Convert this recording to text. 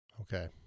Okay